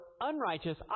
unrighteous